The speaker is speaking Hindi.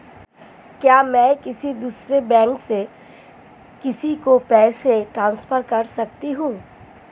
क्या मैं किसी दूसरे बैंक से किसी को पैसे ट्रांसफर कर सकती हूँ?